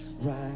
right